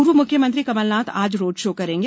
पूर्व मुख्यमंत्री कमलनाथ आज रोड शो करेंगे